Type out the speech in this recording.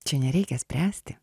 čia nereikia spręsti